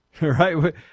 Right